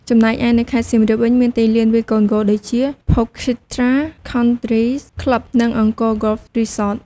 ចំណែកឯនៅខេត្តសៀមរាបវិញ មានទីលានវាយកូនហ្គោល ដូចជា Phokeethra Country Club និង Angkor Golf Resort។